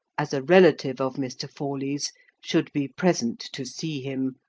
as a relative of mr. forley's should be present to see him,